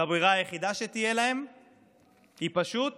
והברירה היחידה שתהיה להם היא פשוט